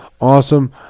Awesome